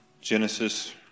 Genesis